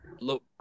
look